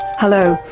hello,